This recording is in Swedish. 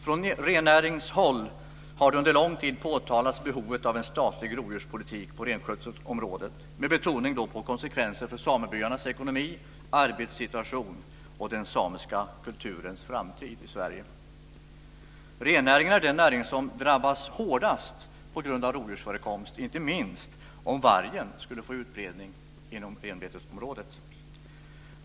Från rennäringshåll har under lång tid påtalats behovet av en statlig rovdjurspolitik på renskötselområdet, med betoning på konsekvenser för samebyarnas ekonomi och arbetssituation samt den samiska kulturens framtid i Sverige. Rennäringen är den näring som drabbas hårdast av rovdjursförekomst, inte minst om vargen skulle få utbredning inom renbetesområdet.